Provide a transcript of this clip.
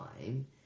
time